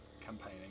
campaigning